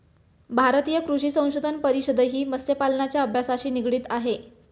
भारतीय कृषी संशोधन परिषदही मत्स्यपालनाच्या अभ्यासाशी निगडित आहे